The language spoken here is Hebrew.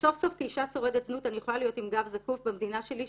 "סוף סוף כאישה שורדת זנות אני יכולה להיות עם גב זקוף במדינה שלי,